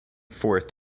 forth